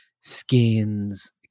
skins